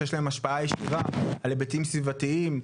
שיש להם השפעה ישירה על היבטים סביבתיים,